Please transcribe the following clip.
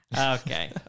Okay